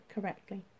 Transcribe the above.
correctly